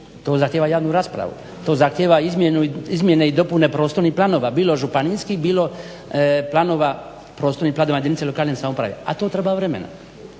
to zahtijeva javnu raspravu, to zahtijeva izmjene i dopune prostornih planova, bilo županijskih bilo planova prostornih planova jedinica lokalne samouprave a to treba vremena,